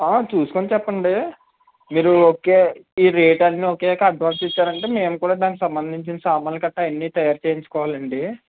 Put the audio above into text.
చూసుకొని చెప్పండి మీరు ఓకే ఈ రేట్ న్నీ ఓకే అయ్యాక అడ్వాన్స్ ఇచ్చారంటే మేము కూడ దానికి సంబందించిన సామన్లు కట్టా అన్నీ తయారు చేయించుకోవాలండి